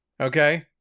okay